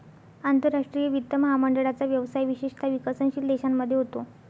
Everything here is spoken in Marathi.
आंतरराष्ट्रीय वित्त महामंडळाचा व्यवसाय विशेषतः विकसनशील देशांमध्ये होतो